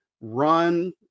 run